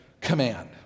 command